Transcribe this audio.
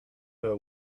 her